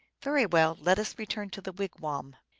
very well, let us return to the wigwam!